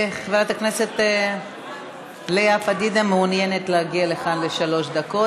חברת הכנסת לאה פדידה מעוניינת להגיע לכאן לשלוש דקות.